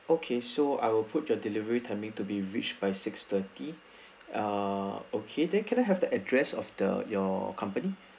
okay so I will put your delivery timing to be reached by six thirty ah okay then can I have the address of the your company